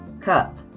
cup